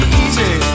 easy